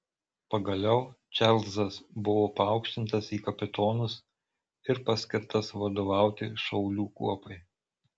pagaliau čarlzas buvo paaukštintas į kapitonus ir paskirtas vadovauti šaulių kuopai